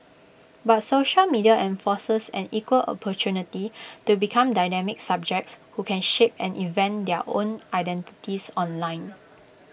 but social media enforces an equal opportunity to become dynamic subjects who can shape and invent their own identities online